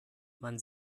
man